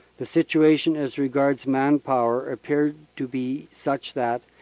the situation as regards man-power appeared to be such that,